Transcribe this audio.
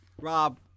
Rob